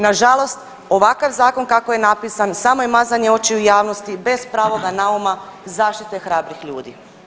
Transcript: Na žalost, ovakav zakon kako je napisan samo je mazanje očiju javnosti bez pravog nauma zaštite hrabrih ljudi.